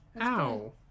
Ow